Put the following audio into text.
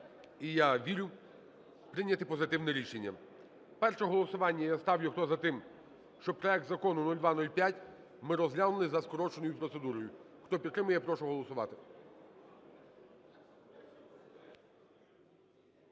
і, я вірю, прийняти позитивне рішення. Перше голосування я ставлю: хто за те, щоб проект Закону 0205 ми розглянули за скороченою процедурою? Хто підтримує, прошу голосувати.